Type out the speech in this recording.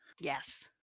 Yes